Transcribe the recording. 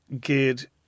geared